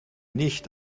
nicht